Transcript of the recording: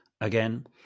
again